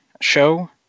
show